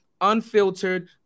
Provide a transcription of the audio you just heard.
unfiltered